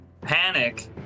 Panic